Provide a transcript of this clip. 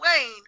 Wayne